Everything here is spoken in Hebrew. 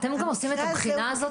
אתם גם עושים את הבחינה הזאת,